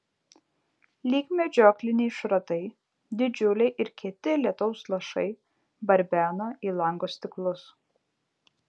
lyg medžiokliniai šratai didžiuliai ir kieti lietaus lašai barbeno į lango stiklus